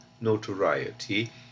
notoriety